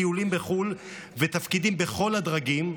טיולים בחו"ל ותפקידים בכל הדרגים,